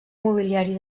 mobiliari